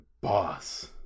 boss